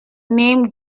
name